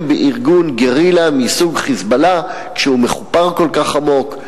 בארגון גרילה מסוג "חיזבאללה" כשהוא מחופר כל כך עמוק,